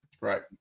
Right